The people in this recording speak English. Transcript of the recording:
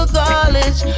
college